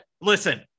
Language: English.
Listen